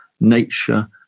nature